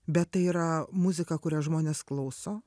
bet tai yra muzika kurią žmonės klauso